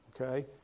Okay